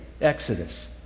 Exodus